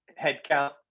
headcount